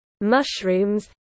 mushrooms